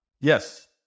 Yes